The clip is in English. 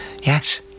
Yes